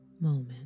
moment